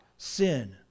sin